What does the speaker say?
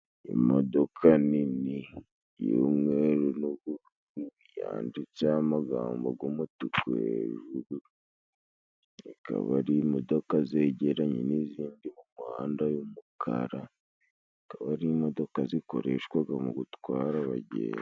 Imodoka nini y'umweru n' ubururu yanditseho amagambo g'umutuku heruru, ikaba ari imodoka zegeranye n'izindi muhanda w'umukara, ikaba ari imodoka zikoreshwaga mu gutwara abagenzi.